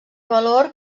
valor